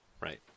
Right